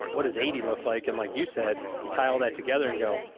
what does eighty look like? and like you said, you tie all that together and go,